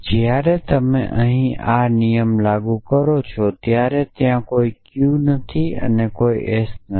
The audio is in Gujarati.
જ્યારે તમે અહીં આ જ નિયમ લાગુ કરો છો ત્યારે ત્યાં કોઈ Q નથી અને ત્યાં કોઈ S નથી